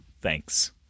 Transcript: thanks